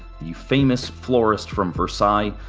the famous florist from versailles,